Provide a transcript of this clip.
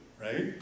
right